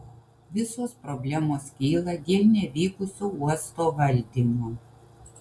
visos problemos kyla dėl nevykusio uosto valdymo